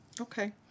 Okay